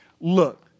Look